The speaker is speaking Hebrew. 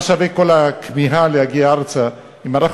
מה שווה כל הכמיהה להגיע ארצה אם אנחנו